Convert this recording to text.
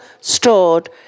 stored